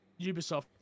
Ubisoft